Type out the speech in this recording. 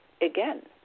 again